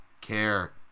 care